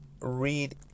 read